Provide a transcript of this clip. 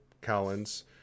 Collins